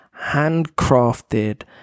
handcrafted